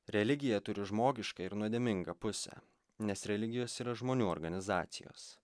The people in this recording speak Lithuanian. religija turi žmogišką ir nuodėmingą pusę nes religijos yra žmonių organizacijos